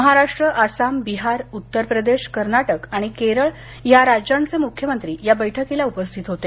महाराष्ट्र आसाम बिहार उत्तर प्रदेश कर्नाटक आणि केरळ या राज्यांचे मुख्यमंत्री या बैठकीला उपस्थित होते